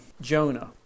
Jonah